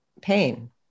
pain